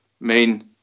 main